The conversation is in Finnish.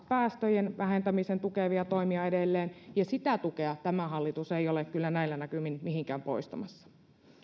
päästöjen vähentämistä tukevia toimia edelleen ja sitä tukea tämä hallitus ei ole kyllä näillä näkymin mihinkään poistamassa